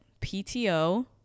PTO